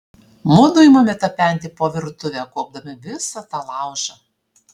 mudu imame tapenti po virtuvę kuopdami visą tą laužą